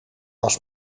was